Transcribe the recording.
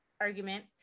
argument